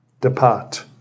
Depart